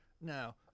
Now